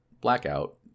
Blackout